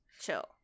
Chill